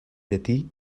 llatí